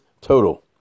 total